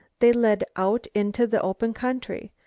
they led out into the open country,